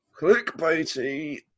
clickbaity